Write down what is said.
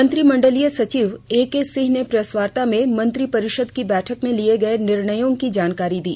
मंत्रिमंडलीय सचिव एके सिंह ने प्रेसवार्ता में मंत्रिपरिषद की बैठक में लिये गये निर्णयों की जानकारी दी